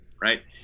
right